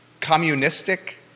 communistic